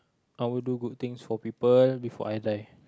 I will do good things for people before I die